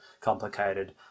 complicated